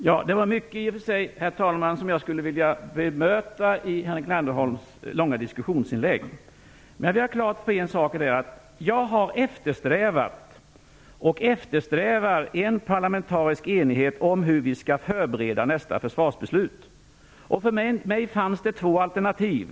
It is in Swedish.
Herr talman! Det var i och för sig mycket som jag skulle vilja bemöta i Henrik Landerholms långa diskussionsinlägg. Men jag vill göra en sak klar: Jag har eftersträvat och eftersträvar en parlamentarisk enighet om hur vi skall förbereda nästa försvarsbeslut. För mig fanns det två alternativ.